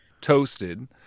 toasted